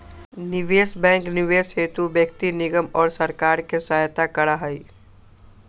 निवेश बैंक निवेश हेतु व्यक्ति निगम और सरकार के सहायता करा हई